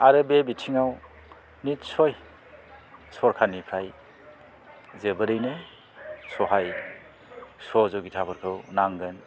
आरो बे बिथिङाव निस्स'य सरकारनिफ्राय जोबोरैनो सहाय सह'जुगिथाफोरखौ नांगोन